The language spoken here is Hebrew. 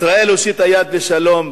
ישראל הושיטה יד לשלום,